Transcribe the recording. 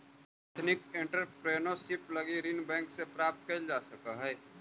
ethnic entrepreneurship लगी ऋण bank से प्राप्त कैल जा सकऽ हई